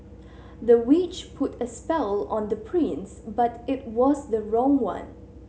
the witch put a spell on the prince but it was the wrong one